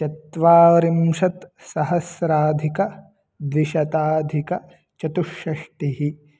चत्वारिंशत्सहस्राधिकद्विशताधिकचतुष्षष्टिः